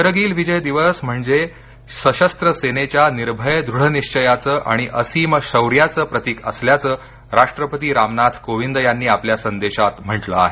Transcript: करगिल विजय दिवस म्हणजे सशस्त्र सेनेच्या निर्भय दृढनिश्वयाचं आणि असीम शौर्याचं प्रतीक असल्याचं राष्ट्रपती रामनाथ कोविंद यांनी आपल्या संदेशात म्हटलं आहे